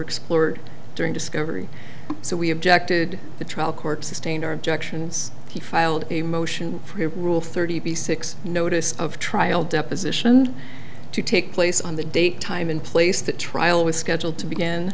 explored during discovery so we objected the trial court sustained our objections he filed a motion for a rule thirty six notice of trial deposition to take place on the date time in place the trial was scheduled to begin